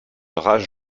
rage